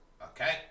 Okay